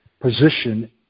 position